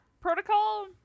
protocol